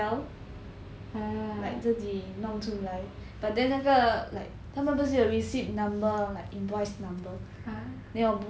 oh ah